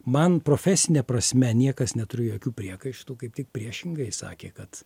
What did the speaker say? man profesine prasme niekas neturi jokių priekaištų kaip tik priešingai sakė kad